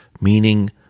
meaning